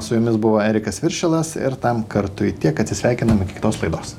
su jumis buvo erikas viršilas ir tam kartui tiek atsisveikinam iki kitos laidos